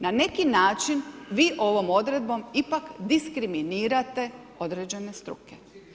Na neki način vi ovom odredbom ipak diskriminirate određene struke.